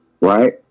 Right